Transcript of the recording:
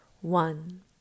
one